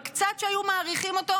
בקצת שהיו מאריכים אותו,